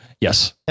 yes